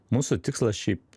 mūsų tikslas šiaip